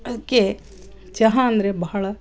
ಅದಕ್ಕೆ ಚಹಾ ಅಂದ್ರೆ ಬಹಳ